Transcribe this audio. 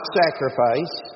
sacrifice